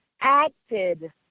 acted